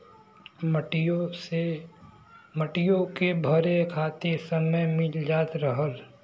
मटियो के भरे खातिर समय मिल जात रहल